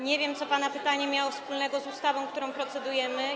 Nie wiem, co pana pytanie miało wspólnego z ustawą, nad którą procedujemy.